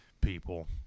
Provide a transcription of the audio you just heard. people